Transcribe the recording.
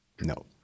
No